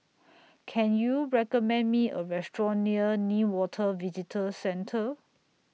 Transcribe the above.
Can YOU recommend Me A Restaurant near Newater Visitor Centre